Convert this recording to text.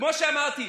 כמו שאמרתי,